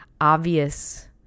obvious